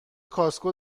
کاسکو